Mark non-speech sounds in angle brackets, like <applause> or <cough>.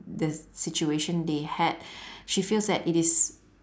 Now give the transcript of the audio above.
the situation they had <breath> she feels that it is